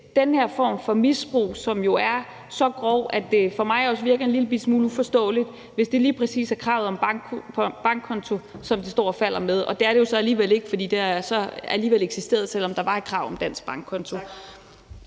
den form for misbrug, som jo er så grov, at det for mig også virker en lillebitte smule uforståeligt, hvis det lige præcis er kravet om en bankkonto, som det står og falder med? Det er det jo så alligevel ikke, for det har så alligevel eksisteret, selv om der var et krav om en dansk bankkonto.